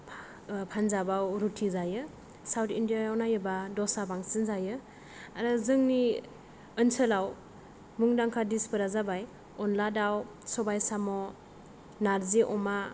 पानजाबाव रुति जायो south India याव नायोब्ला दसा बांसिन जायो आरो जोंनि ओनसोलाव मुंदांखा दिसफोरा जाबाय अनला दाव सबाय साम' नार्जि अमा